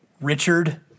Richard